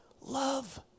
love